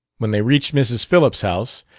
when they reached mrs. phillips' house,